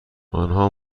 آنها